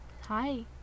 Hi